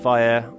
Fire